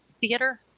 theater